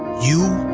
you,